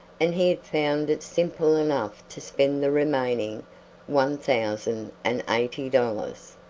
and he had found it simple enough to spend the remaining one thousand and eighty dollars.